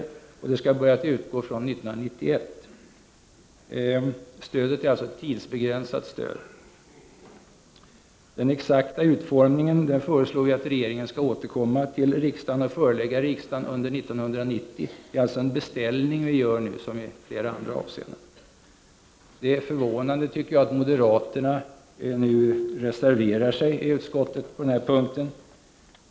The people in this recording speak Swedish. Detta stöd skall börja utgå 1991, och det är alltså tidsbegränsat. När det gäller den exakta utformningen föreslår vi att regeringen skall återkomma till riksdagen med ett förslag under 1990. Det är alltså en beställning som vi gör nu, liksom i flera andra avseenden. Det är förvånande, tycker jag, att moderaterna nu reserverar sig i utskottet på den här punkten.